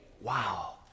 wow